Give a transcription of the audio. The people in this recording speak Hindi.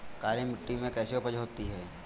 काली मिट्टी में कैसी उपज होती है?